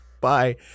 bye